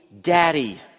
Daddy